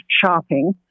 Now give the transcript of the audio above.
shopping